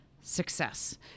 success